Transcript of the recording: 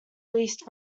least